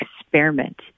experiment